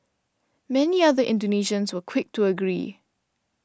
many other Indonesians were quick to agree